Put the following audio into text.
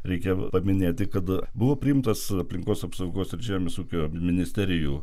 reikia paminėti kada buvo priimtas aplinkos apsaugos ir žemės ūkio ministerijų